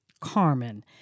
Carmen